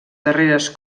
darreres